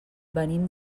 venim